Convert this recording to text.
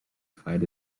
fight